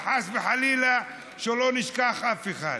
וחס וחלילה שלא נשכח אף אחד.